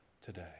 today